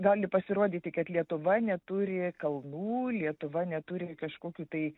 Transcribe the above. gali pasirodyti kad lietuva neturi kalnų lietuva neturi kažkokių tai